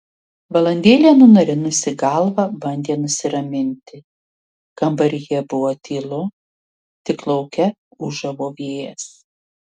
valandėlę nunarinusi galvą bandė nusiraminti kambaryje buvo tylu tik lauke ūžavo vėjas